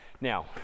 now